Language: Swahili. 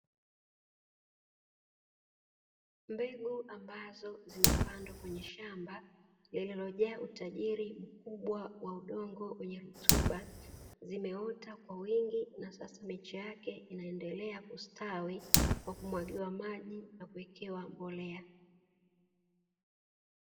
Mbegu ambazo zimepandwa kwenye shamba lililojaa utajiri mkubwa wa udongo wenye rutuba, zimeota kwa wingi na sasa miche yake inaendelea kustawi kwa kumwagiwa maji na kuwekewa mbolea.